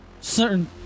Certain